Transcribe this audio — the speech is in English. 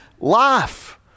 life